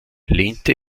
lehnte